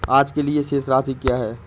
आज के लिए शेष राशि क्या है?